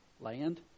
land